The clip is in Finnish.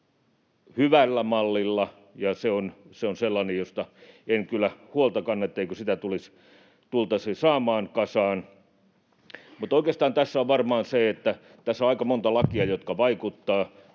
hyvällä mallilla, ja se on sellainen, josta en kyllä huolta kanna, etteikö sitä tultaisi saamaan kasaan. Mutta oikeastaan tässä on varmaan se, että tässä on aika monta lakia, jotka vaikuttavat.